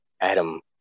Adam